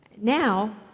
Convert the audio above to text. Now